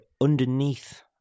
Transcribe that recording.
underneath